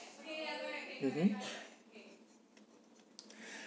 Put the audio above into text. mmhmm